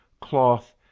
Cloth